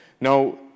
Now